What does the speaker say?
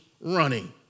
running